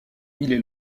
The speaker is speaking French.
est